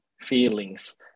feelings